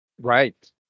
Right